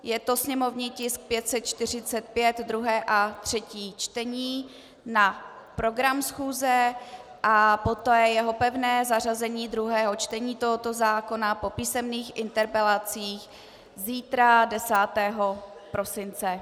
Je to sněmovní tisk 545, druhé a třetí čtení, na program schůze, a poté pevné zařazení druhého čtení tohoto zákona po písemných interpelacích zítra, 10. prosince.